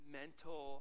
mental